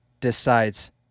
decides